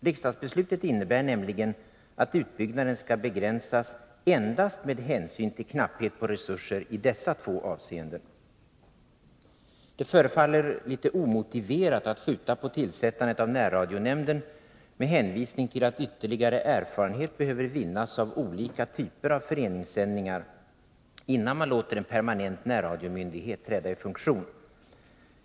Riksdagsbeslutet innebär nämligen att utbyggnaden skall begränsas endast med hänsyn till knapphet på resurser i dessa två avseenden. Det förefaller litet omotiverat att skjuta på tillsättandet av närradionämnden med hänvisning till att ytterligare erfarenhet behöver vinnas av olika typer av föreningssändningar, innan man låter en permanent närradiomyndighet träda i funktion.